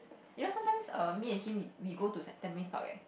you know sometimes err me and him we go to tampines park leh